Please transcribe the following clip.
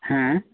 ᱦᱮᱸ